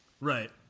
right